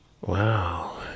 Wow